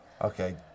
Okay